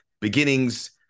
beginnings